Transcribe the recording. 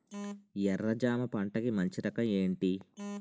ఎర్ర జమ పంట కి మంచి రకం ఏంటి?